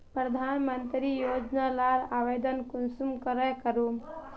प्रधानमंत्री योजना लार आवेदन कुंसम करे करूम?